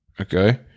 Okay